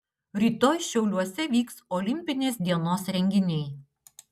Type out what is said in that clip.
rytoj šiauliuose vyks olimpinės dienos renginiai